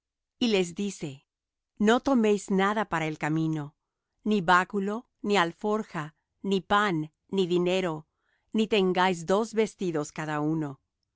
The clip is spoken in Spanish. y les dice no toméis nada para el camino ni báculo ni alforja ni pan ni dinero ni tengáis dos vestidos cada uno